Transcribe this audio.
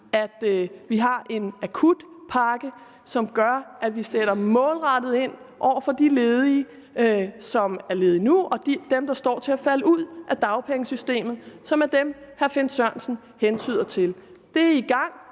og vi har en akutpakke, som gør, at vi sætter målrettet ind over for de ledige, der er ledige nu, og dem, som står til at falde ud af dagpengesystemet, og som er dem, hr. Finn Sørensen hentyder til. Det er i gang.